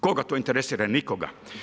Koga to interesira, nikoga.